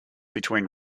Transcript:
between